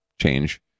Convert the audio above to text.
change